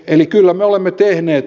eli kyllä me olemme tehneet